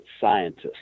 scientists